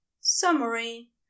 Summary